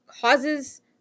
causes